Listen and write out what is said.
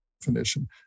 definition